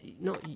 No